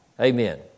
Amen